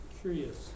curious